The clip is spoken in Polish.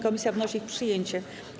Komisja wnosi o ich przyjęcie.